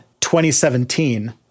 2017